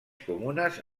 comunes